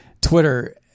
Twitter